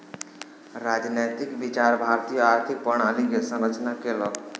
राजनैतिक विचार भारतीय आर्थिक प्रणाली के संरचना केलक